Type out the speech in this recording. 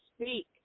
speak